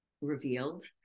revealed